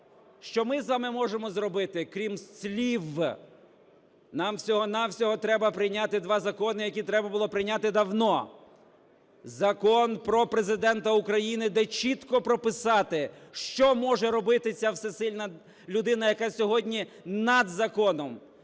Що ми з вами можемо зробити крім слів? Нам всього-на-всього треба прийняти два закони, які треба було прийняти давно. Закон про Президента України, де чітко прописати, що може робити ця всесильна людина, яка сьогодні над законом,